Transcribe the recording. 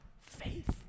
faith